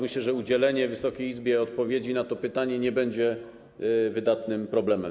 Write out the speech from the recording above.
Myślę, że udzielenie Wysokiej Izbie odpowiedzi na to pytanie nie będzie wydatnym problemem.